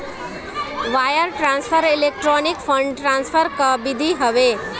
wire transfer electronic fund transfer कअ विधि हवे